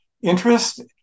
interest